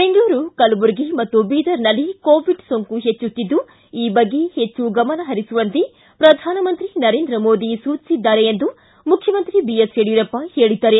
ಬೆಂಗಳೂರು ಕಲಬುರಗಿ ಮತ್ತು ಬೀದರ್ನಲ್ಲಿ ಕೋವಿಡ್ ಸೋಂಕು ಹೆಚ್ಚುತ್ತಿದ್ದು ಈ ಬಗ್ಗೆ ಹೆಚ್ಚು ಗಮನಹರಿಸುವಂತೆ ಪ್ರಧಾನಮಂತ್ರಿ ನರೇಂದ್ರ ಮೋದಿ ಸೂಚಿಸಿದ್ದಾರೆ ಎಂದು ಮುಖ್ಖಮಂತ್ರಿ ಬಿಎಸ್ ಯಡಿಯೂರಪ್ಪ ಹೇಳಿದ್ದಾರೆ